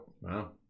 Wow